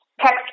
text